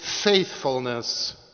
faithfulness